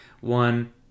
One